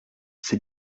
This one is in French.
ces